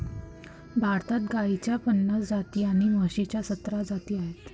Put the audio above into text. भारतात गाईच्या पन्नास जाती आणि म्हशीच्या सतरा जाती आहेत